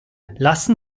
lassen